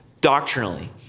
doctrinally